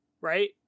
right